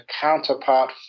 counterpart